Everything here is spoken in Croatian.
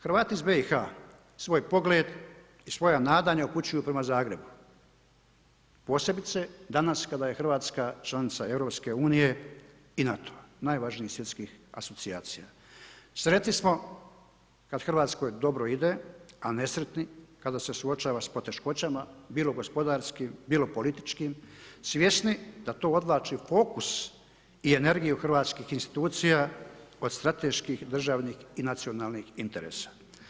Hrvati iz BiH svoj pogled i svoja nadanja upućuju prema Zagrebu, posebice danas kada je Hrvatska članica EU i NATO-a, najvažnijih svjetskih ... Sretni smo kad Hrvatskoj dobro ide, a nesretni kada se suočava sa poteškoćama, bilo gospodarskim, bilo političkim, svjesni da to odvlači fokus i energiju hrvatskih institucija od strateških, državnih i nacionalnih interesa.